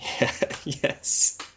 Yes